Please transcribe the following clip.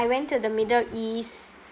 I went to the middle east